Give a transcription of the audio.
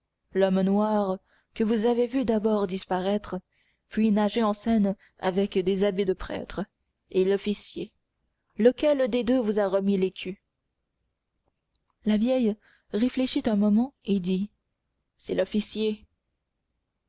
l'homme noir que vous avez vu d'abord disparaître puis nager en seine avec des habits de prêtre et l'officier lequel des deux vous a remis l'écu la vieille réfléchit un moment et dit c'est l'officier